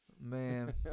Man